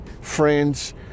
friends